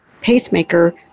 pacemaker